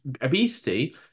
obesity